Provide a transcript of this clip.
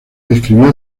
escribió